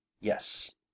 yes